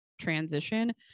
transition